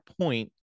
point